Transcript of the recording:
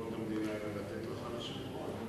אלא לתת לחלשים עוד.